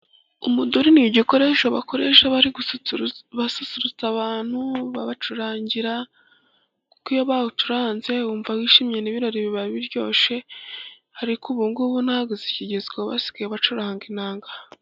Umuduri ni igikoresho bakoresha basusurutsa abantu babacurangira, kuko iyo bawucuranze wumva wishimye n'ibirori biba biryoshye, ariko ubungubu ntabwo ikigezweho basigaye bacuranga inanga.